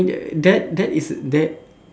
I mean that that that is that